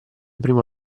prima